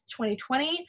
2020